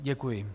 Děkuji.